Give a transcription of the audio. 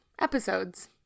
Episodes